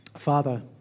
Father